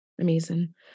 Amazing